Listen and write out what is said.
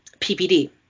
PPD